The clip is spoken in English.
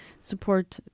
support